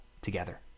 together